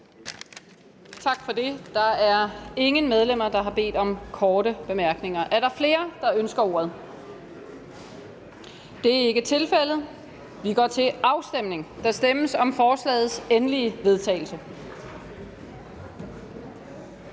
Tak for det. Der er ingen medlemmer, der har bedt om korte bemærkninger. Er der flere, der ønsker ordet? Det er ikke tilfældet. Vi går til afstemning. Kl. 11:18 Afstemning Tredje